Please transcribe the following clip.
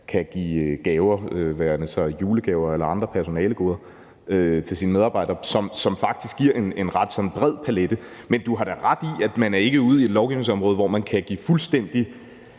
kan give gaver – det være sig julegaver eller andre personalegoder – til sine medarbejdere, og det er faktisk en bred palet. Men du har da ret i, at vi ikke er ude i et lovgivningsområde med – hvad skal vi kalde det